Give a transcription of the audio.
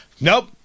Nope